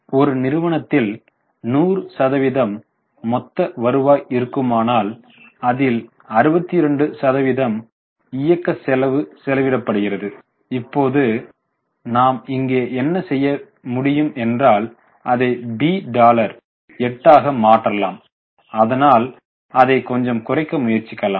ஒரு நிறுவனத்தில் 100 சதவிகிதம் மொத்த வருவாய் இருக்குமானால் அதில் 62 சதவிகிதம் இயக்க செலவு செலவிடப்படுகிறது இப்போது நாம் இங்கே என்ன செய்ய முடியும் என்றால் அதை B டாலர் 8 ஆக மாற்றலாம் அதனால் அதை கொஞ்சம் குறைக்க முயற்சிக்கலாம்